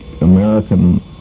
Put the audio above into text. American